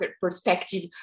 perspective